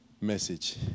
message